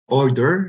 order